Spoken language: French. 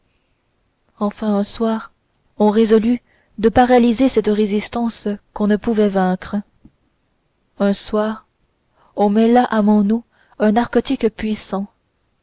enfin un soir on résolut de paralyser cette résistance qu'on ne pouvait vaincre un soir on mêla à mon eau un narcotique puissant